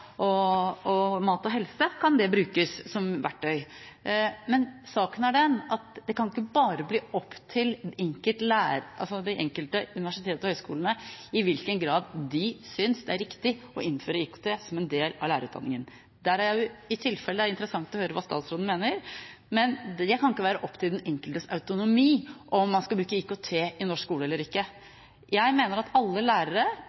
og i mat og helse kan det brukes som verktøy. Men saken er den at det kan ikke bare være opp til de enkelte universitetene og høyskolene, ut fra i hvilken grad de synes det er riktig, å innføre IKT som en del av lærerutdanningen. Der er det i tilfelle interessant å høre hva statsråden mener, men det kan ikke være opp til den enkeltes autonomi om man skal bruke IKT i norsk skole eller ikke. Jeg mener at alle lærere